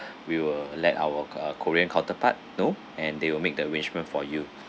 we will let our uh korean counterpart know and they will make the arrangement for you